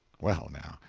well, now,